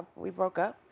we broke up.